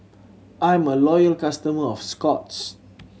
I'm a loyal customer of Scott's